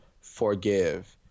forgive